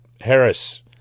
Harris